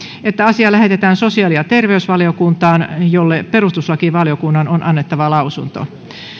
että asia lähetetään sosiaali ja terveysvaliokuntaan jolle perustuslakivaliokunnan on annettava lausunto